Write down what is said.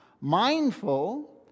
Mindful